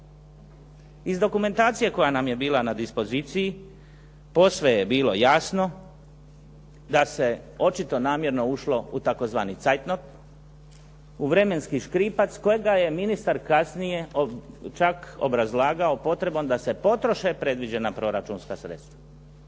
Iz dokumentacije koja nam je bila na dispoziciji posve je bilo jasno da se očito namjerno ušlo u tzv. zeitnot, u vremenski škripac kojega je ministar kasnije čak obrazlagao potrebom da se potroše predviđena proračunska sredstva.